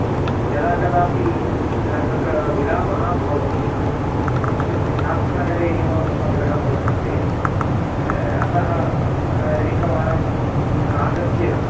यदा कदापि तत्र विरामः भवति अस्मिन् सिद्धार्थनगरे एव मम गृहं वर्तते अतः एकवारम् आगत्य